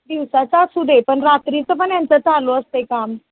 दिवसाचा असूदे पण रात्रीचं पण यांचं चालू असतं आहे काम